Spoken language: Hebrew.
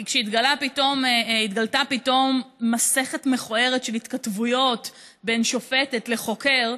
כי כשהתגלתה פתאום מסכת מכוערת של התכתבויות בין שופטת לחוקר,